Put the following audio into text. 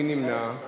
מי נמנע?